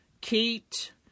Kate